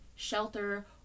shelter